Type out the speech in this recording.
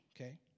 okay